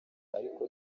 ariko